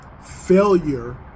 failure